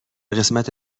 قسمت